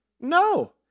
No